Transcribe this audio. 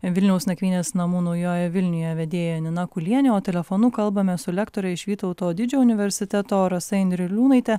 vilniaus nakvynės namų naujojoje vilniuje vedėja janina kulienė o telefonu kalbame su lektore iš vytauto didžiojo universiteto rasa indriliūnaite